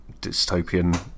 dystopian